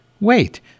Wait